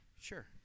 sure